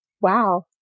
Wow